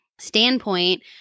standpoint